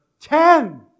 Ten